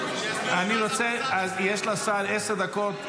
יש לשר עשר דקות,